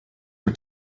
for